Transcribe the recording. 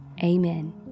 Amen